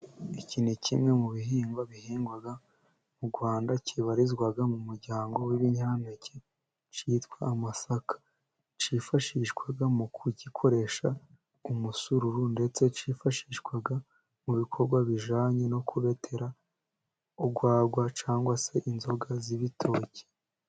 Iki ni kimwe mu bihingwa bihingwa mu Rwanda kibarizwa mu muryango w'ibinyampeke cyitwa amasaka . Cyifashishwaga mu kugikoresha umusururu, ndetse cyifashishwaga mu bikorwa bijanye no kubetera urwagwa cg se inzoga z'ibitoki.